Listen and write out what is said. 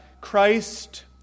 Christ